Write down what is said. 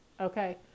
Okay